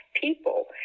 people